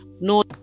no